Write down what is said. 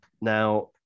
Now